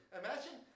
imagine